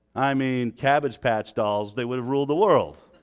i mean cabbage patch dolls they would have ruled the world.